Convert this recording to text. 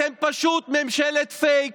אתם פשוט ממשלת פייק.